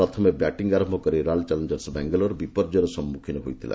ପ୍ରଥମ ବ୍ୟାଟିଂ ଆରମ୍ଭ କରି ରୟାଲ ଚ୍ୟାଲେଞ୍ଜର୍ସ ବାଙ୍ଗାଲୋର ବିପର୍ଯ୍ୟୟର ସମ୍ମଖୀନ ହୋଇଥିଲା